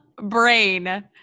brain